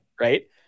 right